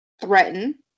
threaten